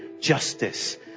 justice